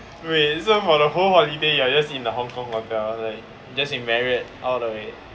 wait wait so for the whole holiday you are just in the Hong-Kong hotel like just in marriot all the way